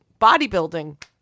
bodybuilding